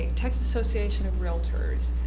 texas association of realtors,